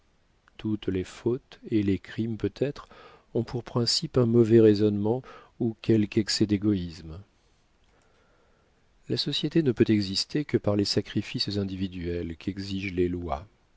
toutes les fautes et les crimes peut-être ont pour principe un mauvais raisonnement ou quelque excès d'égoïsme la société ne peut exister que par les sacrifices individuels qu'exigent les lois